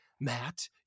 matt